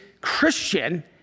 Christian